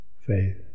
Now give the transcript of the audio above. faith